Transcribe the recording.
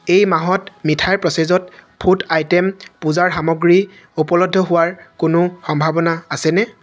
এই মাহত মিঠাই প্ৰচে'ছড ফুড আইটেম পূজাৰ সামগ্ৰী উপলব্ধ হোৱাৰ কোনো সম্ভাৱনা আছেনে